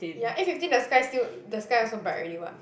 ya eight fifteen the sky still the sky also bright already [what]